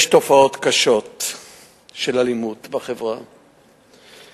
יש תופעות קשות של אלימות בחברה בארץ,